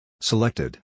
Selected